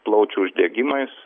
plaučių uždegimais